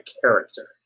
character